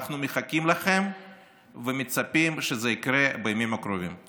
אנחנו מחכים לכם ומצפים שזה יקרה בימים הקרובים.